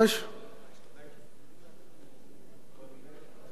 יש מישהו מהממשלה?